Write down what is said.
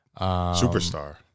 superstar